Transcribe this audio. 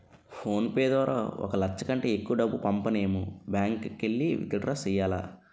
phone pay ద్వారా ఒక లచ్చ కంటే ఎక్కువ డబ్బు పంపనేము బ్యాంకుకెల్లి విత్ డ్రా సెయ్యాల